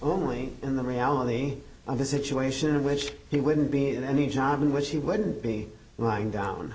only in the reality of the situation in which he wouldn't be in any job in which he wouldn't be lying down